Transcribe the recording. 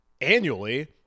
annually